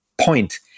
point